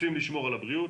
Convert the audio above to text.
רוצים לשמור על הבריאות,